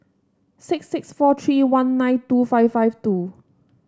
six six four three one nine two five five two